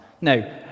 no